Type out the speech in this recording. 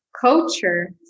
culture